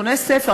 קונה ספר,